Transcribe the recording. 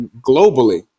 globally